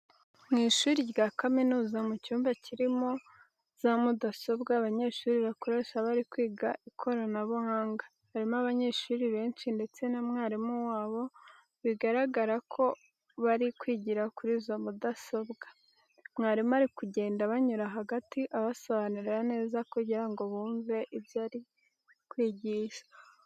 Mu ishuri rya kaminuza, mu cyumba kiba kirimo za mudasobwa abanyeshuri bakoresha bari kwiga ikoranabuhanga, harimo abanyeshuri benshi ndetse na mwarimu wabo bigaragara ko bari kwigira kuri izo mudasobwa. Mwarimu ari kugenda abanyura hagati abasobanurira neza kugira ngo bumve ibyo ari kwigisha.